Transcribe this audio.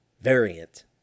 Variant